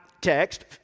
text